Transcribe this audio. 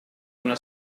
una